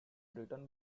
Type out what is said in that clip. written